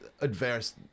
adverse